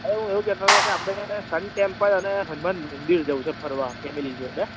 હા હું એવું કેતો તો કે આપડે સન ટેમ્પલ અને હનમાન મંદિર જવું છે ફરવા ફેમિલી જોડે